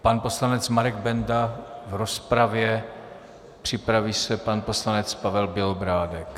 Pan poslanec Marek Benda v rozpravě, připraví se pan poslanec Pavel Bělobrádek.